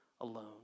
alone